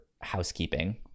housekeeping